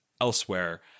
elsewhere